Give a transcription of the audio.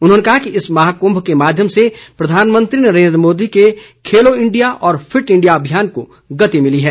उन्होंने कहा कि इस महाकुम्भ के माध्यम से प्रधानमंत्री नरेन्द्र मोदी के खेलो इंडिया और फिट इंडिया अभियान को गति मिली है